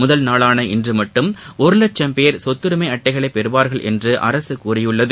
முதல் நாளான இன்று மட்டும் ஒரு லட்சம் பேர் சொத்தரிமை அட்டைகளை பெறுவார்கள் என்று அரசு கூறியுள்ளது